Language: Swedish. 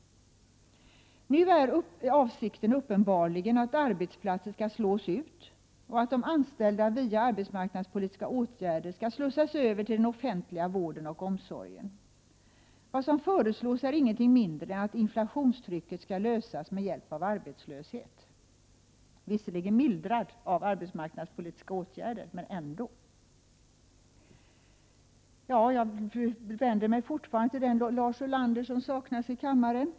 Nu är avsikten uppenbarligen att arbetsplatser skall slås ut och att de anställda via arbetsmarknadspolitiska åtgärder skall slussas över till den offentliga vården och omsorgen. Vad som föreslås är ingenting mindre än att inflationstrycket skall lättas med hjälp av arbetslöshet — visserligen mildrad av arbetsmarknadspolitiska åtgärder, men ändå. Jag vänder mig fortfarande till Lars Ulander som saknas i kammaren.